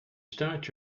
start